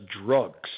drugs